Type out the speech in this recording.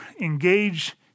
engage